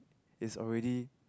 is already